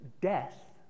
death